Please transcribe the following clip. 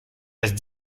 reste